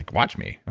like watch me.